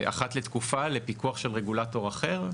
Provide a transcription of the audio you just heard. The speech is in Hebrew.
בעצם אחת לתקופה לפיקוח של רגולטור אחר?